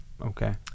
okay